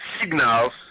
signals